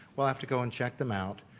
we'll have to go and check them out.